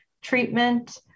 treatment